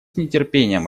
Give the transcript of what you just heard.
нетерпением